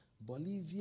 Bolivia